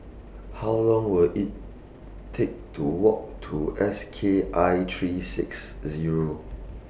How Long Will IT Take to Walk to S K I three six Zero